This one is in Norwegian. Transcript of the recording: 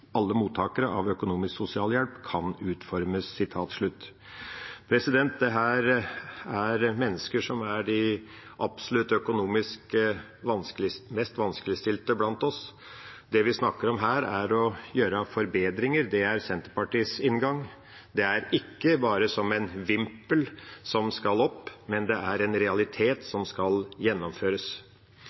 alle mottakere av økonomisk sosialhjelp kan utformes.» Dette er mennesker som økonomisk absolutt er blant de mest vanskeligstilte av oss. Det vi snakker om her, er å gjøre forbedringer. Det er Senterpartiets inngang, ikke bare som en vimpel som skal opp, men en realitet som skal gjennomføres.